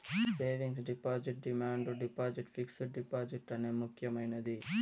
savings deposit demand deposit fixed deposit అనే ముక్యమైనది